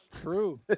True